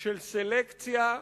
של סלקציה,